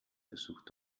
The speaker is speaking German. versucht